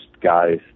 guys